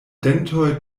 dentoj